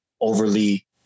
overly